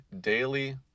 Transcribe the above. daily